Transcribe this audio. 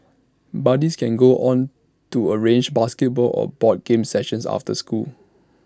buddies can go on to arrange basketball or board games sessions after school